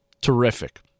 terrific